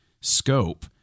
scope